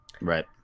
right